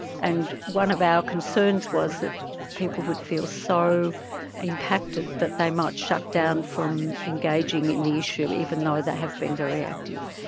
and one of our concerns was that people would feel so impacted that they might shut down from engaging in the issue, even though they have been very active.